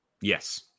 yes